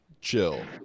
chill